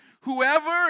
whoever